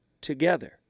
together